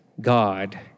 God